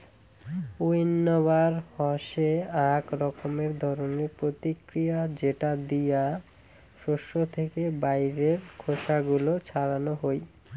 উইন্নবার হসে আক রকমের ধরণের প্রতিক্রিয়া যেটা দিয়া শস্য থেকে বাইরের খোসা গুলো ছাড়ানো হই